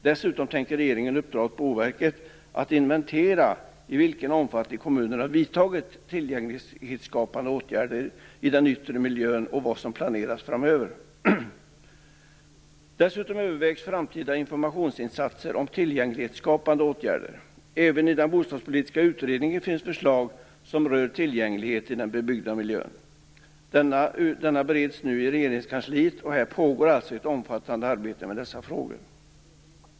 Dessutom tänker regeringen uppdra åt Boverket att inventera i vilken omfattning kommunerna vidtagit tillgänglighetsskapande åtgärder i den yttre miljön och vad som planeras framöver. Dessutom övervägs framtida informationsinsatser om tillgänglighetsskapande åtgärder. Även i den bostadspolitiska utredningen finns förslag som rör tillgänglighet i den bebyggda miljön. Denna bereds nu i Regeringskansliet. Här pågår alltså ett omfattande arbete med dessa frågor.